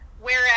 whereas